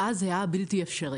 ואז זה היה בלתי אפשרי.